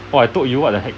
oh I told you what the heck